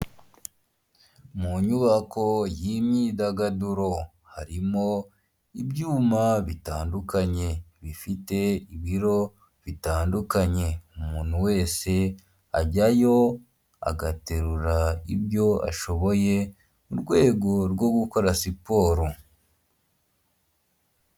Mu nyubako y'imyidagaduro harimo ibyuma bitandukanye bifite ibiro bitandukanye umuntu wese ajyayo agaterura ibyo ashoboye mu rwego rwo gukora siporo